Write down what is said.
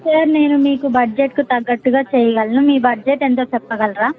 sir నేను మీకు బడ్జెట్కు తగ్గట్టుగా చేయగలను మీ బడ్జెట్ ఎంతో చెప్పగలరా